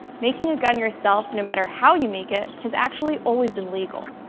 making a gun yourself, now matter how you make it, has actually always been legal.